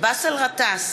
באסל גטאס,